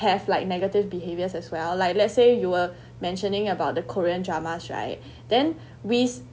path like negative behaviors as well like let's say you were mentioning about the korean dramas right then we